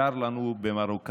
שר לנו במרוקאית,